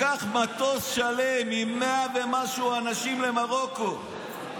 לקח מטוס שלם עם 100 ומשהו אנשים למרוקו,